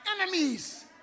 enemies